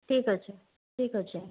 ଠିକ୍ ଅଛି ଠିକ୍ ଅଛି